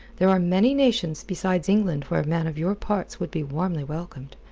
there are many nations besides england where a man of your parts would be warmly welcomed.